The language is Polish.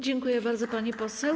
Dziękuję bardzo, pani poseł.